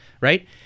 right